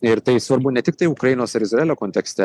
ir tai svarbu ne tiktai ukrainos ir izraelio kontekste